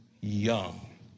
young